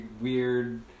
weird